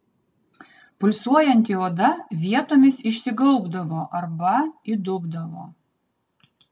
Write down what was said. pulsuojanti oda vietomis išsigaubdavo arba įdubdavo